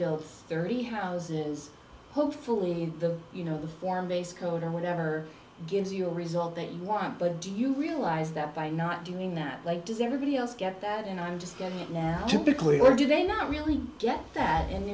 thirty houses hopefully the you know the form base code or whatever gives you a result that you want but do you realize that by not doing that like does everybody else get that and i'm just getting it now typically or do they not really get that and